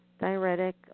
diuretic